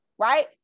Right